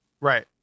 Right